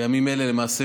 בימים אלה למעשה,